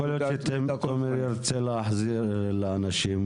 יכול להיות שתומר ירצה להחזיר כסף לאנשים.